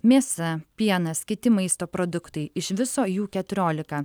mėsa pienas kiti maisto produktai iš viso jų keturiolika